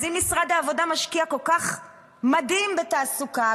אז אם משרד העבודה משקיע כל כך מדהים בתעסוקה,